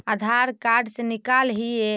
आधार card से निकाल हिऐ?